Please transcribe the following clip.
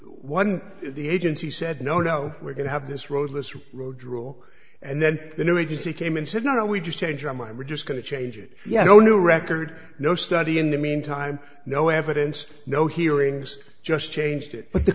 one the agency said no no we're going to have this road this road drool and then the new agency came and said no we just change our mind we're just going to change it yet no new record no study in the meantime no evidence no hearings just changed it but the